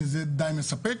שזה די מספק.